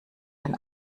den